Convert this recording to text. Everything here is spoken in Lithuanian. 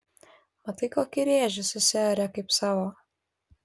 matai kokį rėžį susiarė kaip savo